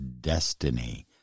Destiny